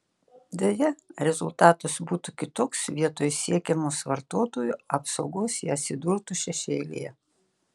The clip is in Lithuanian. deja rezultatas būtų kitoks vietoj siekiamos vartotojų apsaugos jie atsidurtų šešėlyje